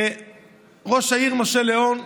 ראש העירייה משה ליאון,